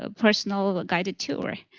ah personal but guided tour.